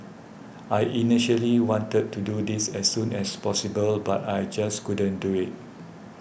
I initially wanted to do this as soon as possible but I just couldn't do it